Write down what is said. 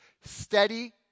steady